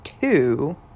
two